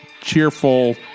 cheerful